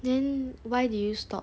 then why did you stop